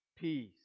peace